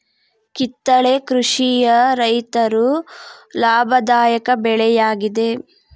ಕಿತ್ತಳೆ ಕೃಷಿಯ ರೈತರು ಲಾಭದಾಯಕ ಬೆಳೆ ಯಾಗಿದೆ